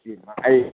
ꯑꯩ